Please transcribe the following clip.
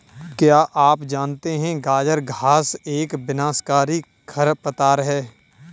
क्या आप जानते है गाजर घास एक विनाशकारी खरपतवार है?